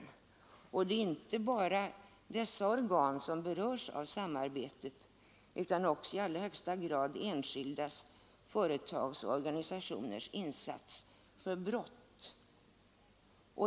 Det är emellertid inte bara dessa organ som berörs av samarbetsfrågorna, utan detta gäller också i allra högsta grad enskildas, företags och organisationers insatser mot brott.